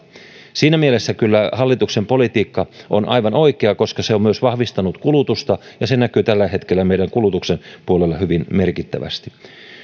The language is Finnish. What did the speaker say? siinä mielessä kyllä hallituksen politiikka on aivan oikeaa koska se on myös vahvistanut kulutusta ja se näkyy tällä hetkellä meidän kulutuksen puolella hyvin merkittävästi